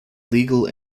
legal